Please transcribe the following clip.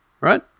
right